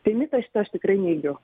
tai mitą šitą aš tikrai neigiu